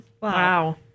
Wow